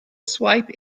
swipe